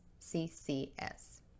CCS